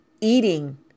eating